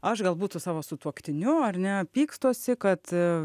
aš galbūt su savo sutuoktiniu ar ne pykstuosi kad